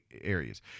areas